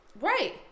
Right